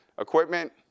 equipment